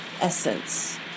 essence